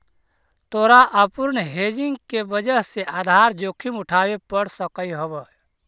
तोरा अपूर्ण हेजिंग के वजह से आधार जोखिम उठावे पड़ सकऽ हवऽ